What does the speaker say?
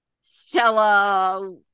Stella